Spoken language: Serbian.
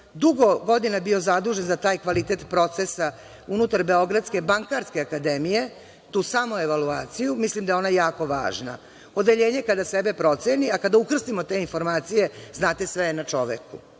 dugo godina bio zadužen za taj kvalitet procesa unutar Beogradske bankarske akademije, tu samoevaluaciju, mislim da je ona jako važna. Odeljenje kada sebe proceni, a kada ukrstimo te informacije, znate, sve je na čoveku.